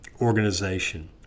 organization